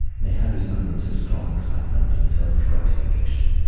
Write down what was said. may have his moments of strong excitement and selfish gratification,